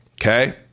okay